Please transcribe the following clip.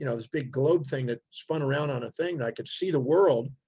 you know this big globe thing that spun around on a thing. i could see the world.